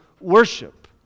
worship